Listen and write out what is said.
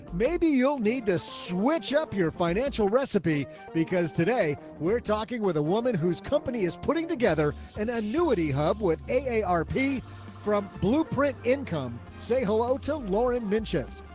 maybe you'll need to switch up your financial recipe because today we're talking with a woman whose company is putting together an annuity hub with a rp from blueprint income. say hello to lauren mentions,